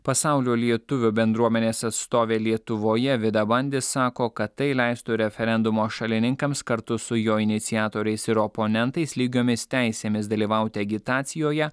pasaulio lietuvių bendruomenės atstovė lietuvoje vida bandis sako kad tai leistų referendumo šalininkams kartu su jo iniciatoriais ir oponentais lygiomis teisėmis dalyvauti agitacijoje